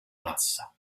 massa